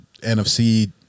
nfc